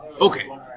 Okay